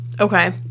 okay